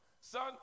Son